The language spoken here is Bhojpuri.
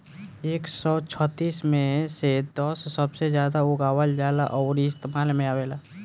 एक सौ छत्तीस मे से दस सबसे जादा उगावल जाला अउरी इस्तेमाल मे आवेला